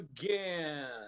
again